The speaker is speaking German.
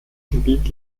gebiet